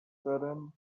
sudden